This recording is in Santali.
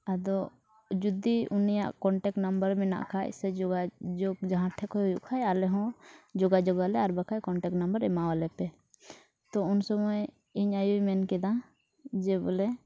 ᱟᱫᱚ ᱡᱩᱫᱤ ᱩᱱᱤᱭᱟᱜ ᱢᱮᱱᱟᱜ ᱠᱷᱟᱱ ᱥᱮ ᱡᱳᱜᱟᱡᱳᱜᱽ ᱡᱟᱦᱟᱸ ᱴᱷᱮᱱ ᱠᱷᱚᱱ ᱦᱩᱭᱩᱜ ᱠᱷᱟᱱ ᱟᱞᱮᱦᱚᱸ ᱡᱳᱜᱟᱡᱳᱜᱽ ᱟᱞᱮ ᱟᱨ ᱵᱟᱠᱷᱟᱡ ᱮᱢᱟᱣᱟᱞᱮ ᱯᱮ ᱛᱳ ᱩᱱ ᱥᱚᱢᱚᱭ ᱤᱧ ᱟᱭᱳᱭ ᱢᱮᱱᱠᱮᱫᱟ ᱡᱮ ᱵᱚᱞᱮ